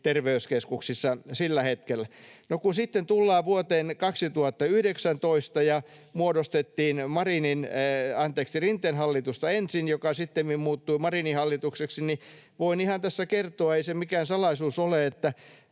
terveyskeskuksissa sillä hetkellä. Kun sitten tullaan vuoteen 2019 ja muodostettiin ensin Rinteen hallitusta, joka sittemmin muuttui Marinin hallitukseksi, niin voin ihan tässä kertoa, että ei se mikään salaisuus ole